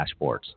dashboards